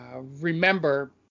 remember